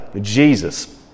Jesus